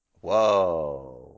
Whoa